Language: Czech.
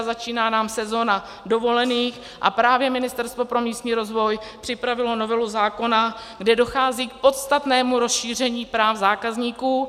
Začíná nám sezóna dovolených a právě Ministerstvo pro místní rozvoj připravilo novelu zákona, kde dochází k podstatnému rozšíření práv zákazníků.